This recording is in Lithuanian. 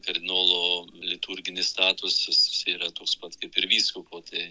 kardinolo liturginis statusas yra toks pats kaip ir vyskupo tai